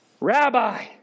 Rabbi